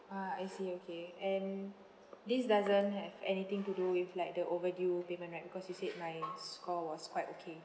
ah I see okay and this doesn't have anything to do with like the overdue payment right because you said my score was quite okay